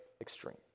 extreme